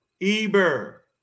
Eber